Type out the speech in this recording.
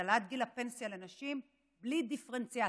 העלאת גיל הפנסיה לנשים בלי דיפרנציאציה.